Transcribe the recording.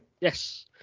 Yes